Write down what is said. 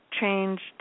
changed